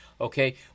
Okay